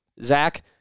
Zach